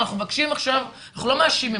אנחנו לא מאשמים,